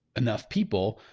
enough people,